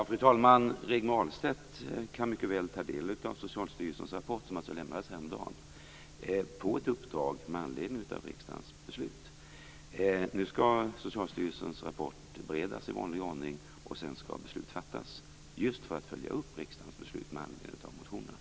Fru talman! Rigmor Ahlstedt kan mycket väl ta del av Socialstyrelsens rapport, som alltså lämnades häromdagen - detta som ett uppdrag med anledning av riksdagens beslut. Nu skall Socialstyrelsens rapport beredas i vanlig ordning. Sedan skall beslut fattas; just för att följa upp riksdagens beslut med anledning av motionerna.